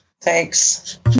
Thanks